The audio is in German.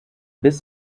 bis